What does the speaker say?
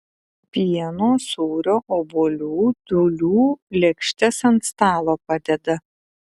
pieno sūrio obuolių dūlių lėkštes ant stalo padeda